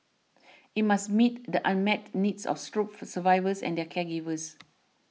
it must meet the unmet needs of stroke for survivors and their caregivers